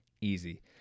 Easy